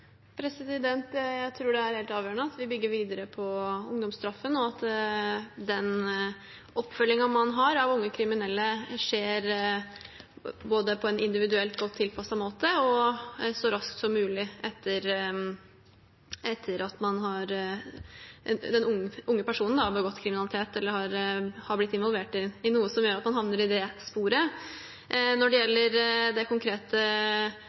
Jeg tror det er helt avgjørende at vi bygger videre på ungdomsstraffen, og at den oppfølgingen man har av unge kriminelle, skjer på både en individuell, godt tilpasset måte og så raskt som mulig etter at den unge personen har begått kriminalitet, eller har blitt involvert i noe som gjør at man havner i det sporet. Når det gjelder det konkrete